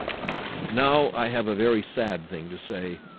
but now i have a very sad thing to say,